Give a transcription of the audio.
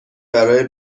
برای